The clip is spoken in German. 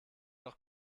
doch